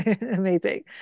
amazing